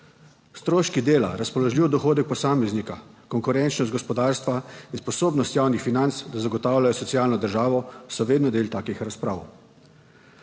Stroški dela, razpoložljiv dohodek posameznika, konkurenčnost gospodarstva in sposobnost javnih financ, da zagotavljajo socialno državo, so vedno del takih razprav.